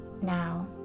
now